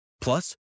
Plus